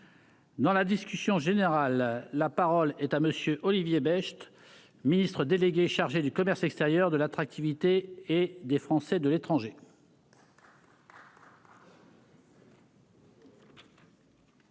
Dans la discussion générale, la parole est à monsieur Olivier Becht Ministre délégué chargé du commerce extérieur de l'attractivité et des Français de l'étranger.